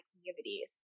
communities